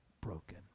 broken